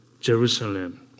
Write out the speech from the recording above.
Jerusalem